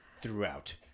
throughout